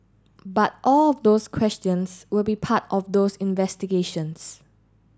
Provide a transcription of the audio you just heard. but all of those questions will be part of those investigations